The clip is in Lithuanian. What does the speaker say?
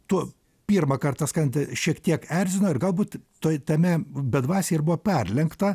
tu pirmą kartą skant šiek tiek erzino ir galbūt toj tame bedvasy ir buvo perlenkta